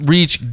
Reach